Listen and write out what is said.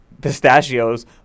pistachios